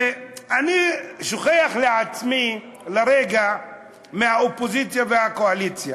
ואני שוכח לרגע מהאופוזיציה והקואליציה.